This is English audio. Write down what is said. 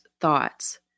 thoughts